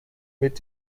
mit